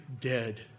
dead